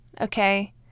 okay